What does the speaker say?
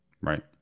right